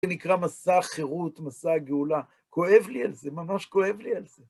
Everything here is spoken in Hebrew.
זה נקרא מסע החירות, מסע הגאולה. כואב לי על זה, ממש כואב לי על זה.